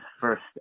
First